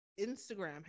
Instagram